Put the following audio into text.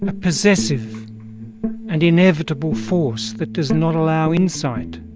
a possessive and inevitable force that does not allow insight,